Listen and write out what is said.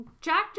Jack